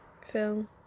film